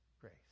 grace